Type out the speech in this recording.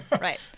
Right